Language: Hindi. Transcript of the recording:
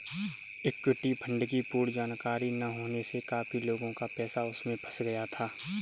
इक्विटी फंड की पूर्ण जानकारी ना होने से काफी लोगों का पैसा उसमें फंस गया था